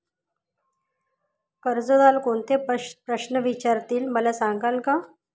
कर्जदार कोणते प्रश्न विचारतील, मला सांगाल का?